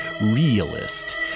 realist